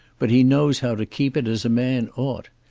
but he knows how to keep it as a man ought.